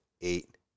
Eight